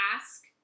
ask